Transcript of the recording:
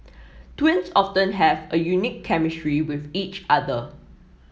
twins often have a unique chemistry with each other